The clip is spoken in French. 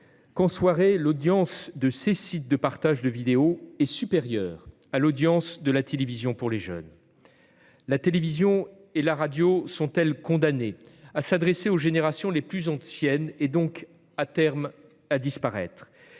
que, en soirée, l'audience de ces sites de partage de vidéos est supérieure à l'audience de la télévision pour les jeunes. La télévision et la radio sont-elles condamnées à s'adresser aux générations les plus anciennes, donc, à terme, à disparaître ?